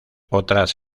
otras